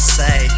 say